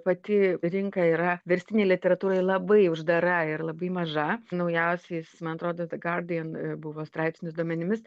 pati rinka yra verstinei literatūrai labai uždara ir labai maža naujausiais man atrodo the guardian buvo straipsnis duomenimis